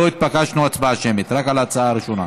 לא התבקשנו בה הצבעה שמית, רק בהצעה הראשונה.